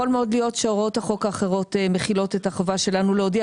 יכול מאוד להיות שהוראות החוק האחרות מכילות את החובה שלנו להודיע.